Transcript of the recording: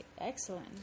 excellent